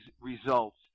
results